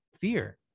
fear